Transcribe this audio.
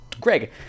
Greg